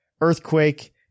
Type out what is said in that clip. Earthquake